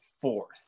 fourth